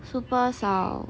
super 少